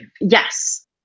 Yes